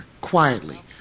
quietly